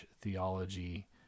theology